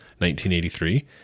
1983